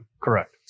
Correct